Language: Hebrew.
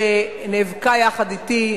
שנאבקה יחד אתי,